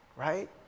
right